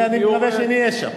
ואני מקווה שנהיה שם.